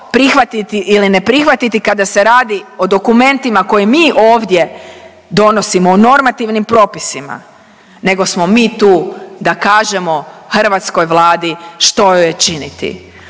prihvatiti ili ne prihvatiti kada se radi o dokumentima koje mi ovdje donosimo o normativnim propisima nego smo mi tu da kažemo hrvatskoj Vladi što joj je činiti.